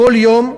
כל יום,